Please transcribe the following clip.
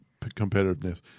competitiveness